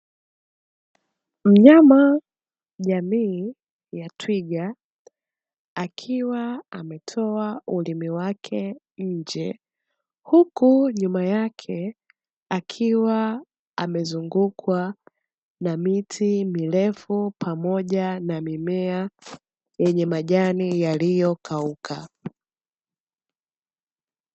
Mnyama jamii ya twiga akiwa ametoa ulimi wake nje, huku nyuma yake akiwa amezungukwa na miti mirefu pamoja na mimea yenye majani yaliyokauka.